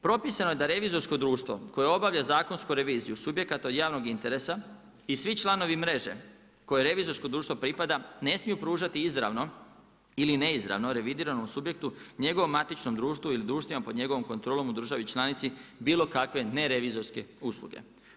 Propisano je da revizorsko društvo koje obavlja zakonsku reviziju, subjekat od javnog interesa i svi članovi mreže u koje revizorsko društvo pripada, ne smiju pružati izravno ili neizravno, revidirano subjektu, njegovom matičnom društvu ili društvima pod njegovom kontrolom u državi članici bilo kakve nerevizorske usluge.